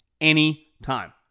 anytime